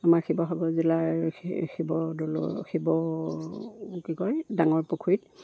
আমাৰ শিৱসাগৰ জিলাৰ শিৱ দৌল শিৱ কি কয় ডাঙৰ পুখুৰীত